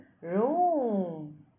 room